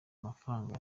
mafaranga